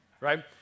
right